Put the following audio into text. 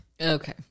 Okay